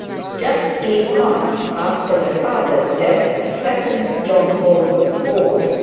just eight months after the father's death a second john bold was born,